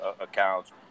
accounts